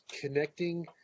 connecting